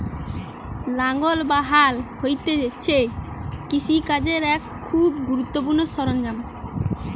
লাঙ্গল বা হাল হতিছে কৃষি কাজের এক খুবই গুরুত্বপূর্ণ সরঞ্জাম